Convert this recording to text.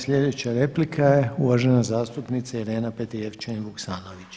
Slijedeća replika je uvažena zastupnica Irena Petrijevčanin Vuksanović.